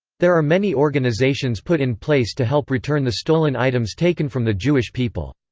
there are many organizations put in place to help return the stolen items taken from the jewish people.